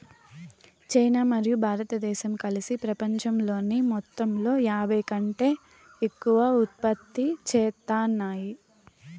China మరియు భారతదేశం కలిసి పపంచంలోని మొత్తంలో యాభైకంటే ఎక్కువ ఉత్పత్తి చేత్తాన్నాయి